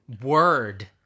word